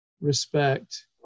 respect